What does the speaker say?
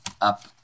up